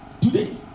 today